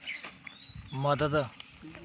मदद